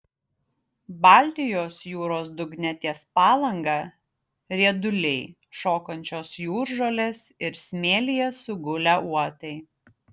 baltijos jūros dugne ties palanga rieduliai šokančios jūržolės ir smėlyje sugulę uotai